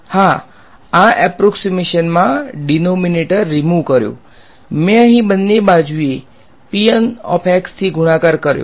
હા આ એક્સ્પ્રેશનમાં ડીનોમીનેટર રીમુવ કર્યો મેં અહીં બંને બાજુએ થી ગુણાકાર કર્યો